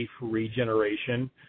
regeneration